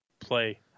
play